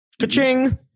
Ka-ching